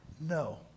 no